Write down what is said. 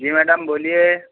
जी madam बोलिए